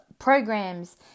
programs